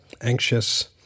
anxious